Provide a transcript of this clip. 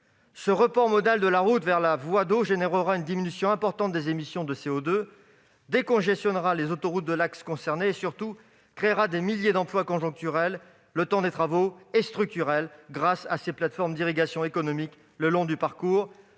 Ce report modal de la route vers la voie d'eau entraînera une diminution importante des émissions de CO2, décongestionnera les autoroutes de l'axe concerné et surtout créera des milliers d'emplois conjoncturels, le temps des travaux, et structurels grâce aux plateformes d'irrigation économique le long de son parcours.